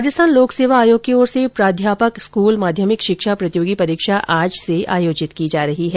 राजस्थान लोक सेवा आयोग की ओर से प्राध्यापक स्कूल माध्यमिक शिक्षा प्रतियोगी परीक्षा आज से आयोजित की जा रही हैं